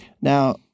Now